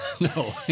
No